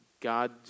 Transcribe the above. God